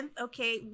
Okay